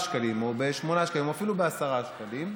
שקלים או בשמונה שקלים או אפילו בעשרה שקלים,